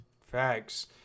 Facts